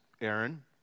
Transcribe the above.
Aaron